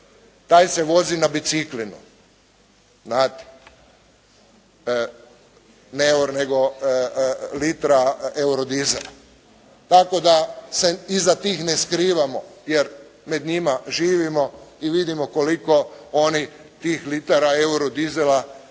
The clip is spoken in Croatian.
taj se vozi na biciklima, znate? Tako da se iza tih ne skrivamo jer među njima živimo i vidimo koliko oni tih litara euro dizela